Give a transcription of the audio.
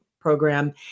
Program